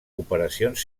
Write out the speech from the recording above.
operacions